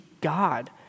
God